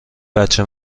بچه